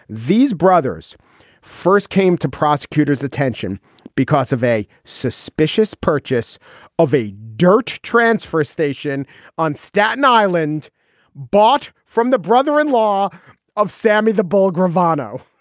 these brothers first came to prosecutors attention because of a suspicious purchase of a durch transfer station on staten island bought from the brother in law of sammy the bull gravano.